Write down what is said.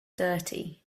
dirty